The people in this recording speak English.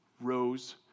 rose